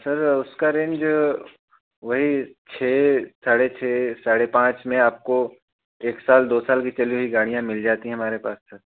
sir उसकी range वही छः साढ़े छः साढ़े पाँच में आपको एक साल दो साल की चल हुईं गाड़ियाँ मिल जाती है हमारे पास से